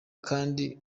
kandi